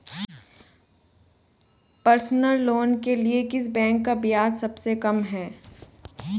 Personal loan के लिए किस बैंक का ब्याज सबसे कम है?